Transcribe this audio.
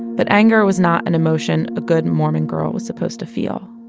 but anger was not an emotion a good morman girl was supposed to feel.